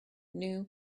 new